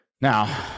Now